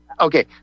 Okay